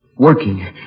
Working